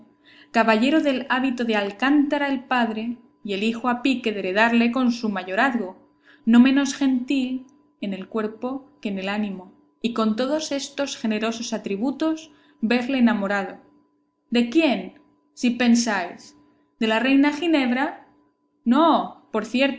caballero del hábito de alcántara el padre y el hijo a pique de heredarle con su mayorazgo no menos gentil en el cuerpo que en el ánimo y con todos estos generosos atributos verle enamorado de quién si pensáis de la reina ginebra no por